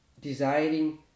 desiring